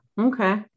okay